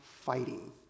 fighting